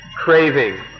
craving